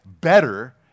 better